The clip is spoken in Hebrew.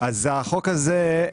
אז החוק הזה,